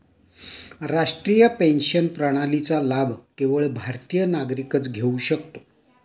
राष्ट्रीय पेन्शन प्रणालीचा लाभ केवळ भारतीय नागरिकच घेऊ शकतो